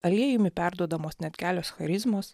aliejumi perduodamos net kelios charizmos